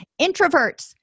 Introverts